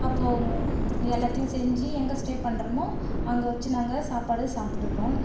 அப்போது எல்லாத்தையும் செஞ்சு எங்கே ஸ்டே பண்ணுறோமோ அங்கே வச்சு நாங்கள் சாப்பாடு சாப்பிட்டுப்போம்